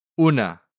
Una